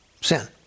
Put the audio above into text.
sin